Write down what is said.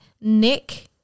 Nick